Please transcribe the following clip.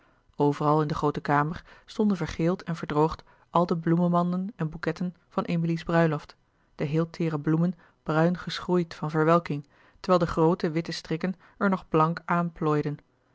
overal in de groote kamer stonden vergeeld en verdroogd al de bloemenmanden en bouquetten van emilie's bruiloft louis couperus de boeken der kleine zielen de heel teêre bloemen bruin geschroeid van verwelking terwijl de groote witte strikken er nog blank